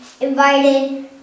invited